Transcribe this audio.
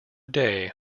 day